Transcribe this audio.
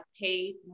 paid